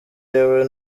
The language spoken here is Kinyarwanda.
yewe